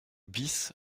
bis